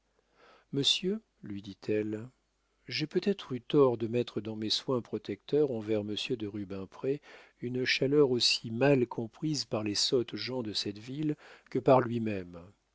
monsieur lui dit-elle j'ai peut-être eu tort de mettre dans mes soins protecteurs envers monsieur de rubempré une chaleur aussi mal comprise par les sottes gens de cette ville que par lui-même